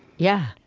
yeah,